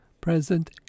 present